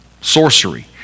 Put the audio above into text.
Sorcery